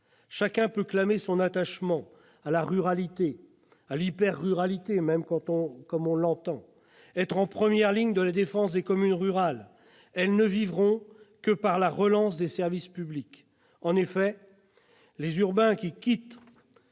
Chacun peut clamer son attachement à la ruralité- voire à l'hyper-ruralité ...-, être en première ligne de la défense des communes rurales, elles ne vivront que par la relance des services publics. En effet, les urbains quittant